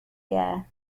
year